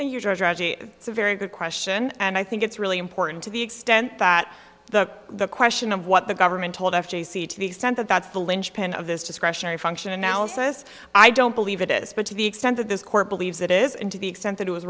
and it's a very good question and i think it's really important to the extent that the the question of what the government told f g c to the extent that that's the linchpin of this discretionary function analysis i don't believe it is but to the extent that this court believes it is and to the extent that it was